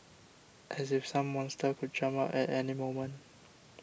as if some monster could jump out at any moment